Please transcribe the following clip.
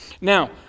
Now